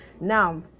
now